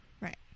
Right